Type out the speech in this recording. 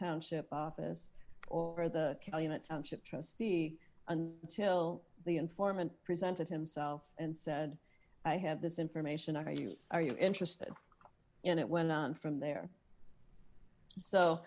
township office or the township trustee and till the informant presented himself and said i have this information are you are you interested in it went on from there so